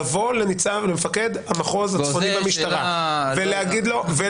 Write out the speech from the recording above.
לבוא למפקד המחוז הצפוני במשטרה ולהגיד לו אני